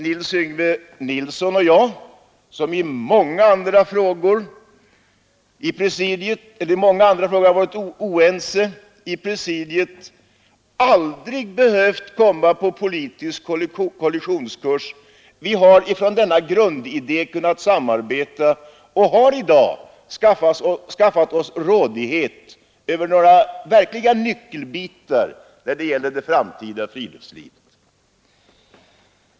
Nils Yngve Nilsson och jag, som i många andra frågor har varit oense, har i detta sammanhang aldrig behövt komma på politisk kollisionskurs. Vi har från denna grundidé kunnat samarbeta och har i dag skaffat oss rådighet över några verkliga nyckelområden för det framtida friluftslivet.